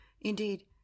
Indeed